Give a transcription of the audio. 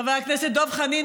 חבר הכנסת דב חנין,